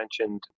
mentioned